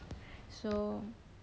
so